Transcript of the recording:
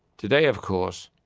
today, of course,